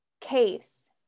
case